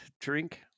drink